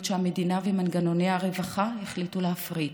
שהמדינה ומנגנוני הרווחה החליטו להפריט,